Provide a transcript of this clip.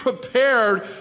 prepared